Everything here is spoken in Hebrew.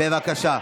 בבקשה.